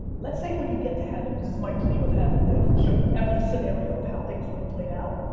let's say, when you get to heaven, this is my dream of heaven. that it can show you every scenario of how things would have played out.